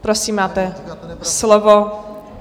Prosím, máte slovo.